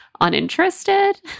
uninterested